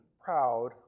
proud